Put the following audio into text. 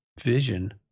vision